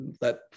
let